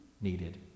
needed